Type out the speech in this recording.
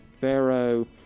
Pharaoh